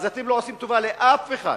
אתם לא עושים טובה לאף אחד.